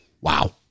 Wow